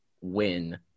win